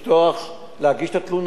להגיש את התלונה, וב.